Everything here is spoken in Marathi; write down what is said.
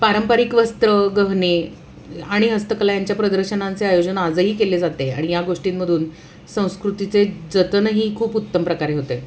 पारंपरिक वस्त्र गहने आणि हस्तकला यांच्या प्रदर्शनांचे आयोजन आजही केले जाते आणि या गोष्टींमधून संस्कृतीचे जतनही खूप उत्तम प्रकारे होतं आहे